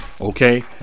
okay